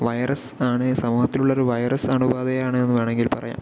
virus ആണ് സമൂഹത്തിലുള്ളൊരു virus അണുബാധയാണെന്ന് വേണമെങ്കിൽ പറയാം